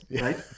right